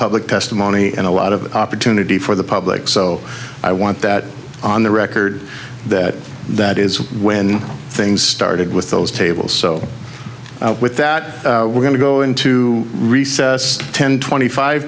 public testimony and a lot of opportunity for the public so i want that on the record that that is when things started with those tables so with that we're going to go into recess ten twenty five